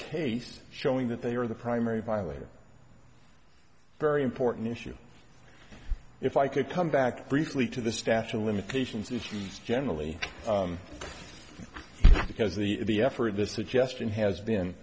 case showing that they are the primary violator very important issue if i could come back briefly to the statute of limitations issues generally because the effort of this suggestion has been